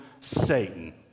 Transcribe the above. Satan